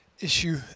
Issue